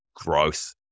growth